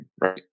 right